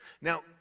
Now